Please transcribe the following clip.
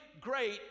great